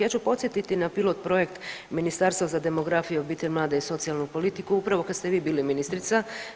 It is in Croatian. Ja ću podsjetiti na pilot projekt Ministarstva za demografiju, obitelj, mlade i socijalnu politiku upravo kad ste vi bili ministrica.